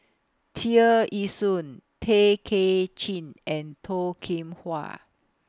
Tear Ee Soon Tay Kay Chin and Toh Kim Hwa